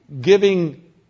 giving